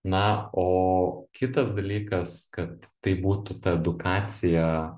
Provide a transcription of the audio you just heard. na o kitas dalykas kad tai būtų ta edukacija